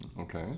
Okay